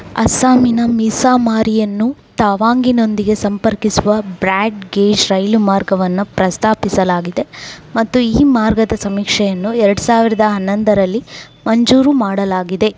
ಅಸ್ಸಾಮಿನ ಮಿಸಾಮಾರಿಯನ್ನು ತವಾಂಗಿನೊಂದಿಗೆ ಸಂಪರ್ಕಿಸುವ ಬ್ರಾಡ್ ಗೇಜ್ ರೈಲುಮಾರ್ಗವನ್ನು ಪ್ರಸ್ತಾಪಿಸಲಾಗಿದೆ ಮತ್ತು ಈ ಮಾರ್ಗದ ಸಮೀಕ್ಷೆಯನ್ನು ಎರ್ಡು ಸಾವಿರ್ದ ಹನ್ನೊಂದರಲ್ಲಿ ಮಂಜೂರು ಮಾಡಲಾಗಿದೆ